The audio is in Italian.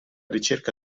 ricerca